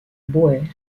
bauer